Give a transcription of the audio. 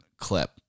clip